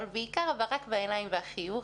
אבל בעיקר הברק בעיניים והחיוך,